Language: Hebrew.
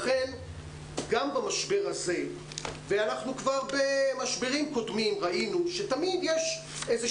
אנחנו כבר במשברים קודמים ראינו שתמיד יש איזו